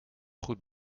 goed